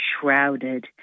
shrouded